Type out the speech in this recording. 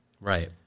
Right